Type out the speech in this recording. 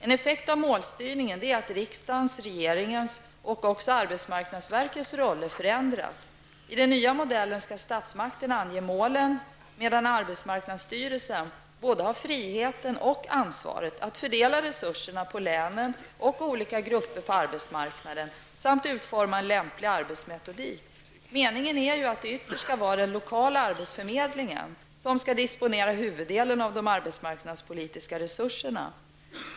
En effekt av målstyrningen är att riksdagens, regeringens och arbetsmarknadsverkets roller förändras. I den nya modellen skall statsmakterna ange målen medan arbetsmarknadsstyrelsen både har friheten och ansvaret att fördela resurserna på länen och olika grupper på arbetsmarknaden samt utforma en lämplig arbetsmetodik. Meningen är att det ytterst skall vara den lokala arbetsförmedlingen som skall disponera huvuddelen av de arbetsmarknadspolitiska resurserna.